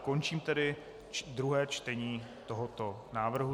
Končím tedy druhé čtení tohoto návrhu.